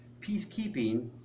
Peacekeeping